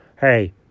Hey